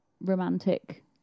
romantic